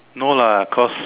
no lah cause